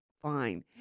fine